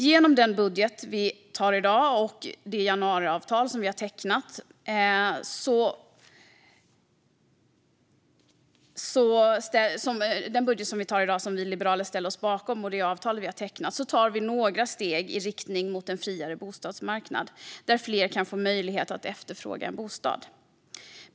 Genom den budget som diskuteras i dag, som Liberalerna ställer sig bakom, och det januariavtal vi har tecknat tar vi några steg i riktning mot en friare bostadsmarknad där fler kan få möjlighet att efterfråga en bostad.